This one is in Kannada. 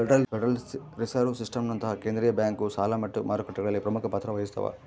ಫೆಡರಲ್ ರಿಸರ್ವ್ ಸಿಸ್ಟಮ್ನಂತಹ ಕೇಂದ್ರೀಯ ಬ್ಯಾಂಕು ಸಾಲ ಮಾರುಕಟ್ಟೆಗಳಲ್ಲಿ ಪ್ರಮುಖ ಪಾತ್ರ ವಹಿಸ್ತವ